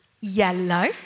yellow